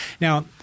Now